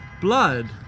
blood